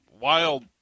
Wild